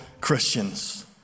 Christians